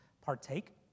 partake